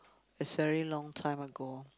is very long time ago